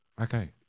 Okay